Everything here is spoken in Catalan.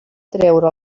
traure